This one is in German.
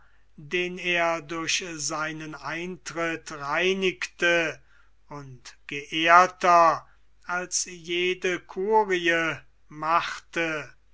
den er durch seinen eintritt reinigte und geehrter als jede curie machte